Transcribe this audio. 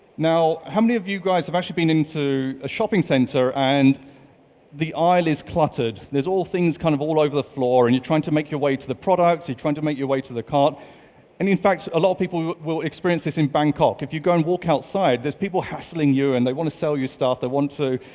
now, how many of you guys have actually been into a shopping center and the aisle is cluttered? there's all things, kind of, all over the floor and you're trying to make your way to the products, you're trying to make your way to the cart, and in fact, a lot of people will experience this in bangkok. if you go and walk outside, there's people hassling you and they want to sell your stuff. they want to,